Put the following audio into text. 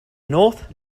north